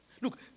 Look